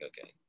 okay